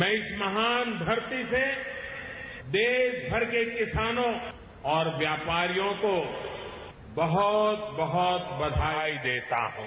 मैं इस महान धरती से देशभर के किसानों और व्यापारियों को बहुत बहुत बधाई देता हूं